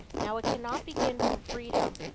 now it cannot begin from freedom,